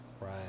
Right